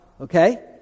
okay